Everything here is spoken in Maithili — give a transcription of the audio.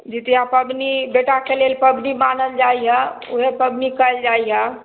जितिआ पबनी बेटाके लेल पबनी मानल जाइए ओहे पबनी कएल जाइए